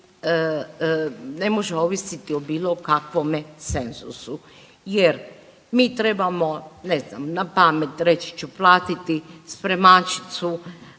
ne može ovisiti o bilo kakvome cenzusu jer mi trebamo, ne znam, napamet, reći ću, platiti spremačicu,